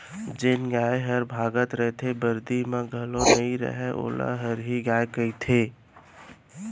जेन गाय हर भागत रइथे, बरदी म घलौ नइ रहय वोला हरही गाय कथें